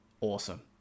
awesome